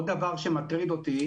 עוד דבר שמטריד אותי,